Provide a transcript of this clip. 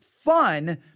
Fun